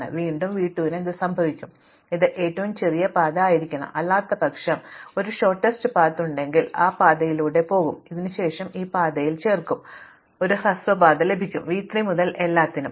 അതിനാൽ വീണ്ടും v 2 ന് എന്ത് സംഭവിക്കും ഇത് ഏറ്റവും ചെറിയ പാത ആയിരിക്കണം അല്ലാത്തപക്ഷം ഒരു ഹ്രസ്വ പാതയുണ്ടെങ്കിൽ ഞാൻ ആ ഹ്രസ്വ പാതയിലൂടെ പോകും അതിനുശേഷം ഞാൻ ഇതിനകം ഉള്ള ഈ പാതയിൽ ചേർക്കും കൂടാതെ എനിക്ക് ഒരു ഹ്രസ്വ പാത ലഭിക്കും v 3 മുതൽ എല്ലാത്തിനും